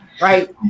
Right